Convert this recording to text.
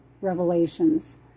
revelations